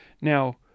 Now